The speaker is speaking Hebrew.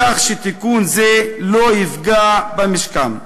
כך שתיקון זה לא יפגע במשכם.